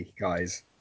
guys